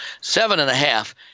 seven-and-a-half